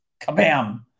kabam